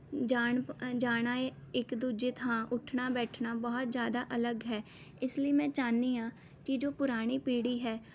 ਜਾਣ ਜਾਣਾ ਹੈ ਇੱਕ ਦੂਜੇ ਥਾਂ ਉੱਠਣਾ ਬੈਠਣਾ ਬਹੁਤ ਜ਼ਿਆਦਾ ਅਲੱਗ ਹੈ ਇਸ ਲਈ ਮੈਂ ਚਾਹੁੰਦੀ ਹਾਂ ਕਿ ਜੋ ਪੁਰਾਣੀ ਪੀੜ੍ਹੀ ਹੈ